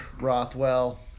Rothwell